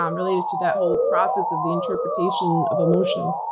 um related to that whole process of the interpretation of emotion.